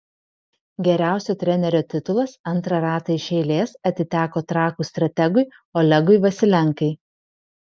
geriausio trenerio titulas antrą ratą iš eilės atiteko trakų strategui olegui vasilenkai